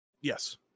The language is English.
Yes